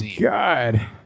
God